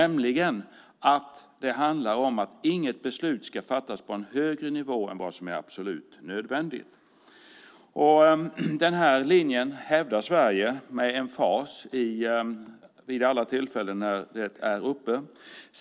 Det handlar om att inget beslut ska fattas på en högre nivå än vad som är absolut nödvändigt. Den här linjen hävdar Sverige med emfas vid alla tillfällen när detta är uppe.